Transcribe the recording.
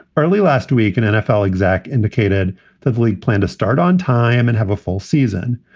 early last week, an nfl exac indicated that league planned to start on time and have a full season.